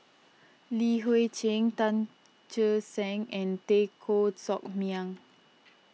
Li Hui Cheng Tan Che Sang and Teo Koh Sock Miang